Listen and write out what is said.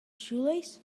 shoelaces